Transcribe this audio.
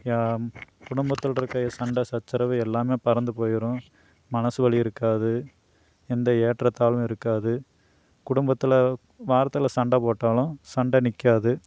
யா குடும்பத்தில் இருக்க சண்டை சச்சரவு எல்லாமே பறந்து போயிடும் மனது வலி இருக்காது எந்த ஏற்ற தாழ்வும் இருக்காது குடும்பத்தில் வாரத்தில் சண்டை போட்டாலும் சண்டை நிற்காது